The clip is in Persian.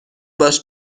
باش